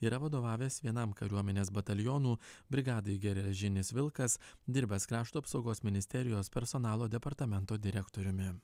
yra vadovavęs vienam kariuomenės batalionų brigadai geležinis vilkas dirbęs krašto apsaugos ministerijos personalo departamento direktoriumi